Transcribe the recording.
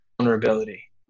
vulnerability